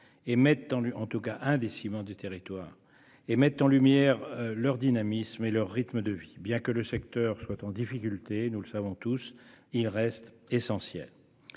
et mettent en lumière leur dynamisme et leur rythme de vie. Bien que le secteur soit en difficulté- nous le savons tous -, il reste essentiel.